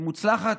היא מוצלחת,